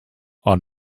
are